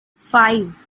five